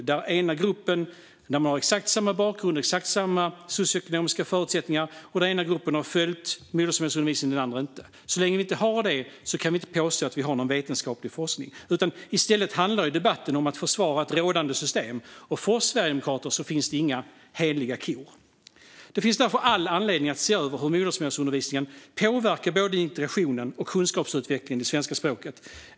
Så länge man inte har två grupper med exakt samma bakgrund och exakt samma socioekonomiska förutsättningar där den ena gruppen har följt modersmålsundervisningen och den andra inte har det kan man inte påstå att forskningen är vetenskaplig. I stället handlar debatten om att försvara rådande system. För oss sverigedemokrater finns det inga heliga kor. Det finns all anledning att se över hur modersmålsundervisningen påverkar både integrationen och kunskapsutvecklingen i svenska språket.